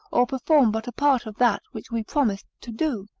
or perform but a part of that which we promised to do,